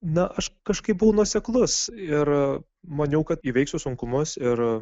na aš kažkaip buvau nuoseklus ir maniau kad įveiksiu sunkumus ir